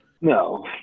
No